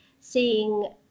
seeing